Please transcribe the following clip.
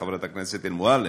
חברת הכנסת מועלם,